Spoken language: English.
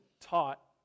taught